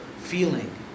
feeling